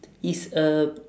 is a